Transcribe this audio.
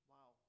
Wow